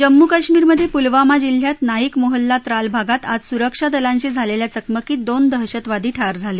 जम्मू काश्मीरमध्ये पुलवामा जिल्ह्यात नाईक मोहल्ला त्राल भागात आज सुरक्षा दलांशी झालेल्या चकमकीत दोन दहशतवादी ठार झाले